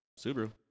Subaru